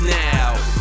now